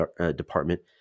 department